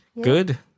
Good